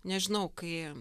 nežinau kai